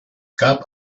gab